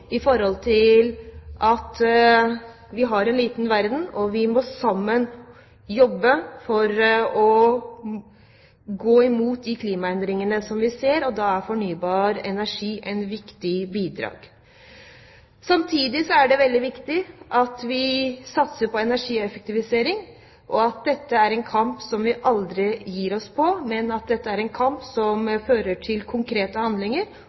at vi har en liten verden. Vi må sammen jobbe for å gå imot de klimaendringene som vi ser, og da er fornybar energi et viktig bidrag. Samtidig er det veldig viktig at vi satser på energieffektivisering. Dette er en kamp som vi aldri gir oss på, men dette er en kamp som fører til konkrete handlinger,